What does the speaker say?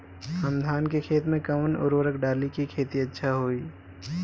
हम धान के खेत में कवन उर्वरक डाली कि खेती अच्छा होई?